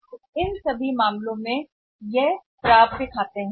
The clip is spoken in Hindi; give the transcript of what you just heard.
तो उस मामले में भी है प्राप्य अधिकार खातों